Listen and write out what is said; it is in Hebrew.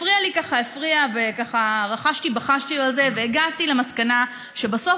הפריע לי ורחשתי ובחשתי בזה והגעתי למסקנה שבסוף,